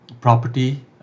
property